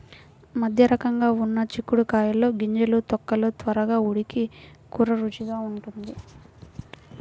మధ్యరకంగా ఉన్న చిక్కుడు కాయల్లో గింజలు, తొక్కలు త్వరగా ఉడికి కూర రుచిగా ఉంటుంది